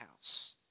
house